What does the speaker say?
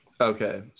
Okay